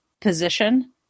position